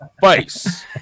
face